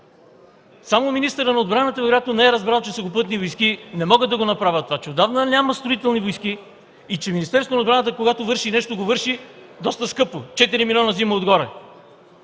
Само министърът на отбраната вероятно не е разбрал, че „Сухопътни войски” не могат да го направят това, че отдавна няма „Строителни войски” и че Министерството на отбраната, когато върши нещо, го върши доста скъпо – 4 милиона взима отгоре.